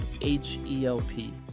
H-E-L-P